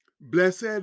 Blessed